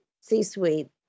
C-suite